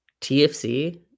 TFC